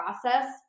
process